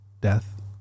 Death